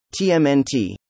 TMNT